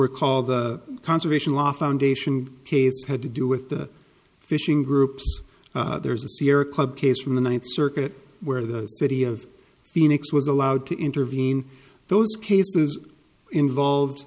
recall the conservation law foundation case had to do with the fishing groups there's a sierra club case from the ninth circuit where the city of phoenix was allowed to intervene those cases involved